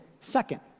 second